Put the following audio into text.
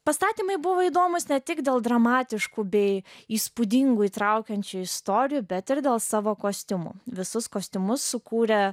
pastatymai buvo įdomūs ne tik dėl dramatiškų bei įspūdingų įtraukiančių istorijų bet ir dėl savo kostiumų visus kostiumus sukūrė